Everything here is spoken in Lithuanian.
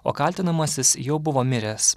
o kaltinamasis jau buvo miręs